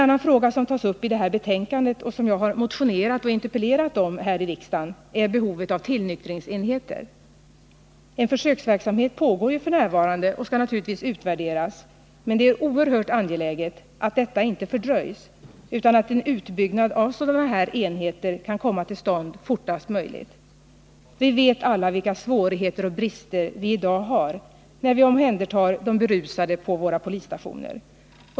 En fråga som tas upp i detta betänkande och som jag har motionerat och interpellerat om här i riksdagen gäller behovet av tillnyktringsenheter. En försöksverksamhet pågår ju f. n. och skall naturligtvis utvärderas, men det är oerhört angeläget att det inte blir någon fördröjning, utan att en utbyggnad av sådana här enheter kan komma till stånd fortast möjligt. Vi vet alla vilka svårigheter och brister som i dag finns när vi omhändertar de berusade på våra polisstationer.